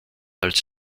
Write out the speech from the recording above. als